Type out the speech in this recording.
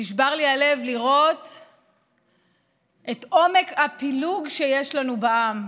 נשבר לי הלב לראות את עומק הפילוג שיש לנו בעם.